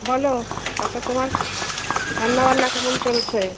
বলো তারপর তোমার রান্না বান্না কেমন চলছে